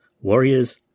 warriors